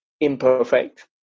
imperfect